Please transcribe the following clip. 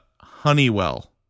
Honeywell